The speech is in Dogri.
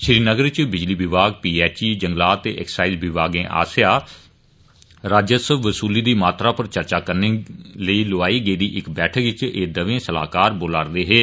श्रीनगर इच बिजली विभाग पी एच ई जंगलात ते एक्साईज विमागें आस्सैआ राजस्व वसूली दी मात्रा पर चर्चा करने लेई लौआई गेदी इक बैठक इच एह दवै सलाहकार बोला रदे हे